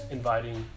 inviting